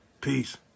Peace